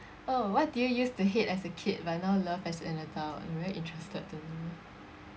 oh what did you use to hate as a kid but now love as an adult I'm very interested to kn~